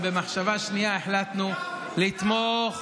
אבל במחשבה שנייה החלטנו לתמוך,